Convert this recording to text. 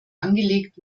angelegt